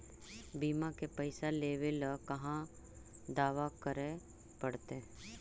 बिमा के पैसा लेबे ल कहा दावा करे पड़तै?